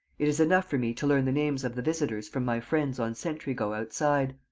it is enough for me to learn the names of the visitors from my friends on sentry-go outside.